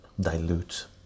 dilute